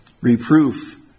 reproof